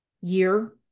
year